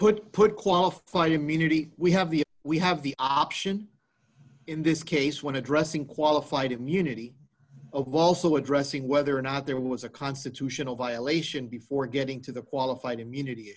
put put qualified immunity we have the we have the option in this case when addressing qualified immunity of also addressing whether or not there was a constitutional violation before getting to the qualified immunity